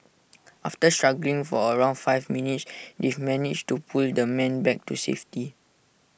after struggling for around five minutes they've managed to pull the man back to safety